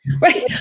right